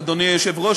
אדוני היושב-ראש,